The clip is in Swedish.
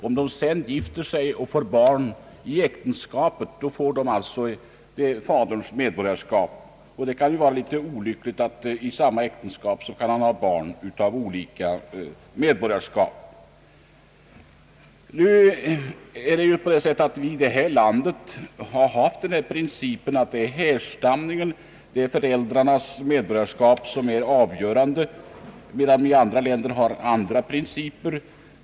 Om föräldrarna sedan gifter sig och får barn i äktenskapet, erhåller dessa barn faderns medborgarskap. Det kan vara litet olyckligt att det i samma äktenskap finns barn av olika medborgarskap. Vi har här i landet haft principen att det är härstamningen, föräldrarnas medborgarskap, som är avgörande, medan man i andra länder har andra principer.